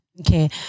Okay